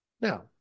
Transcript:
Now